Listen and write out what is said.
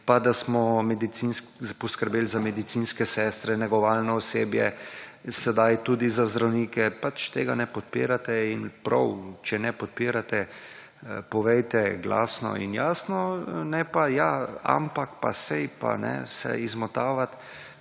pa, da smo poskrbeli za medicinske sestre, negovalno osebje sedaj tudi za zdravnike pač tega ne podpirate. Prav, če tega ne podpirate povejte glasno in jasno ne pa ja, ampak pa saj, pa se izmotavati.